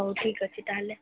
ହେଉ ଠିକ୍ ଅଛି ତାହେଲେ